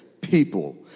People